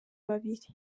babiri